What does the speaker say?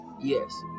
yes